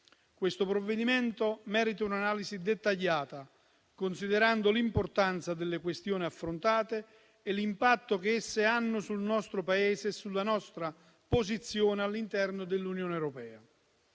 Questo provvedimento merita un'analisi dettagliata, considerando l'importanza delle questioni affrontate e l'impatto che esse hanno sul nostro Paese e sulla nostra posizione all'interno dell'Unione europea.